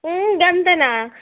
అంతేనా